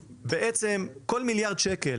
כל מיליארד שקל